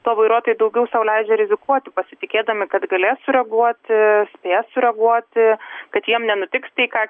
tuo vairuotojai daugiau sau leidžia rizikuoti pasitikėdami kad galės sureaguoti spės sureaguoti kad jiem nenutiks tai ką